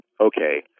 okay